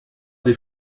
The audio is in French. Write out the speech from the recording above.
des